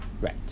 right